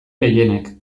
gehienek